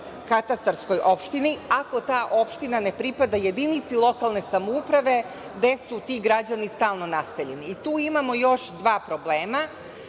katastarskoj opštini ako ta opština ne pripada jedini lokalne samouprave gde su ti građani stalno naseljeni. Tu imamo još dva problema.